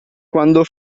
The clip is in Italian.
quando